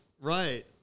Right